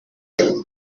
pendant